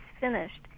finished